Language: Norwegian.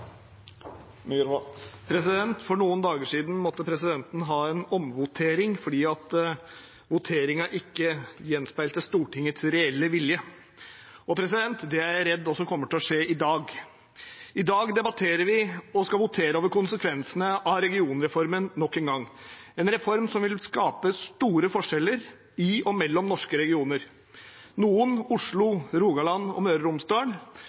For noen dager siden måtte presidenten ta en votering om igjen fordi voteringen ikke gjenspeilte Stortingets reelle vilje. Det er jeg redd også kommer til å skje i dag. I dag debatterer vi og skal votere over konsekvensene av regionreformen nok en gang – en reform som vil skape store forskjeller i og mellom norske regioner. Noen – Oslo, Rogaland og Møre og Romsdal